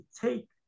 take